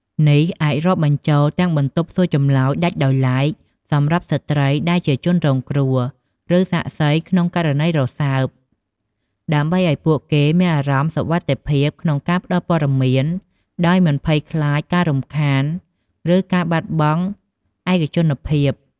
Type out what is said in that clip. នេះអាចរាប់បញ្ចូលទាំង បន្ទប់សួរចម្លើយដាច់ដោយឡែកសម្រាប់ស្ត្រីដែលជាជនរងគ្រោះ ឬសាក្សីក្នុងករណីរសើប ដើម្បីឱ្យពួកគេមានអារម្មណ៍សុវត្ថិភាពក្នុងការផ្តល់ព័ត៌មានដោយមិនភ័យខ្លាចការរំខាន ឬការបាត់បង់ឯកជនភាព។